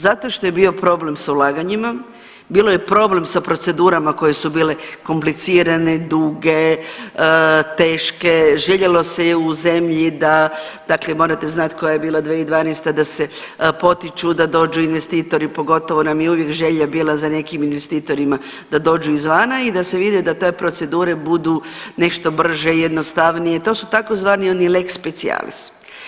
Zato što je bio problem s ulaganjima, bilo je problem sa procedurama koje su bile komplicirane, duge, teške, željelo se je u zemlji da, dakle morate znat koja je bila 2012. da se potiču, da dođu investitori, pogotovo nam je uvijek želja bila za nekim investitorima da dođu izvana i da se vide da te procedure budu nešto brže i jednostavnije, to su tzv. oni lex specialis.